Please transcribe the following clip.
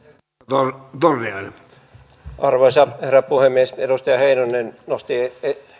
arvoisa herra puhemies edustaja heinonen nosti